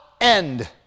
end